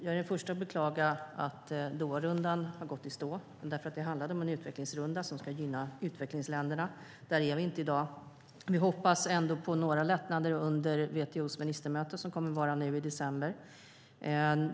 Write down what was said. Jag är den första att beklaga att Doharundan har gått i stå. Det handlade om en utvecklingsrunda som skulle gynna utvecklingsländerna. Där är vi inte i dag. Vi hoppas ändå på några lättnader under WTO:s ministermöte nu i december.